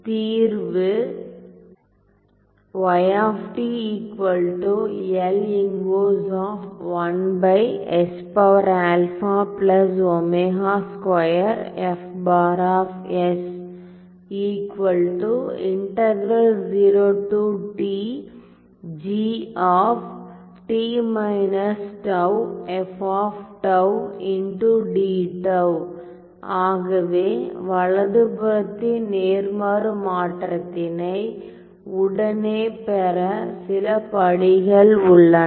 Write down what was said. தீர்வு ஆகவே வலது புறத்தின் நேர்மாறு மாற்றத்தினை உடனே பெற சில படிகள் உள்ளன